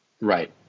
Right